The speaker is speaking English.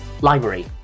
Library